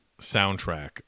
soundtrack